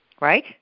right